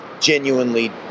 genuinely